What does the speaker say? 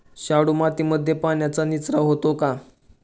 शाडू मातीमध्ये पाण्याचा निचरा होतो का?